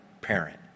parent